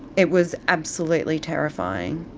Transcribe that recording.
it was absolutely terrifying.